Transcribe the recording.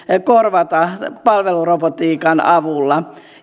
korvata palvelurobotiikan avulla